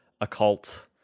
occult